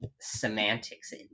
semantics